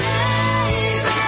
Crazy